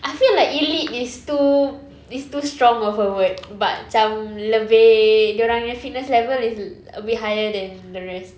I feel like elite is too is too strong of a word but macam lebih dia orangnya fitness level is a bit higher than the rest